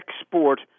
export